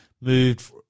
moved